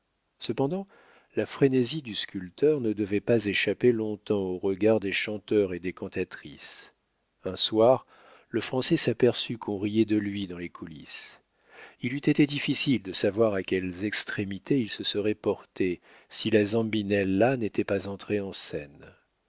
cependant la frénésie du sculpteur ne devait pas échapper long-temps aux regards des chanteurs et des cantatrices un soir le français s'aperçut qu'on riait de lui dans les coulisses il eût été difficile de savoir à quelles extrémités il se serait porté si la zambinella n'était pas entrée en scène